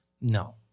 no